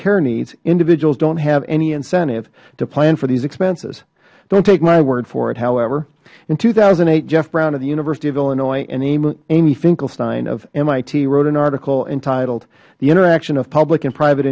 care needs individuals dont have any incentive to plan for these expenses dont take my word for it whoever in two thousand and eight jeff brown at the university of illinois and amy finklestein of mit wrote an article entitled the interaction of public and private